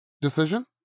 decision